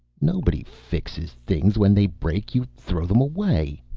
nobody fixes things. when they break you throw them away.